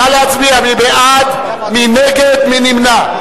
נא להצביע, מי בעד, מי נגד, מי נמנע.